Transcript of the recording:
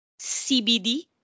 CBD